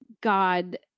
God